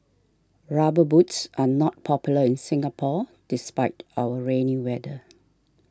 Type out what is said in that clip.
rubber boots are not popular in Singapore despite our rainy weather